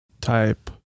...type